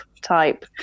type